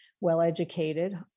well-educated